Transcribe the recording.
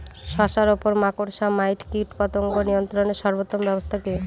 শশার উপর মাকড়সা মাইট কীটপতঙ্গ নিয়ন্ত্রণের সর্বোত্তম ব্যবস্থা কি?